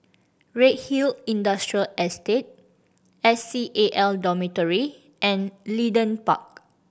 Redhill Industrial Estate S C A L Dormitory and Leedon Park